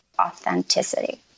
authenticity